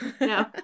No